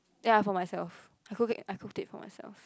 ya for myself I cook it I cooked it for myself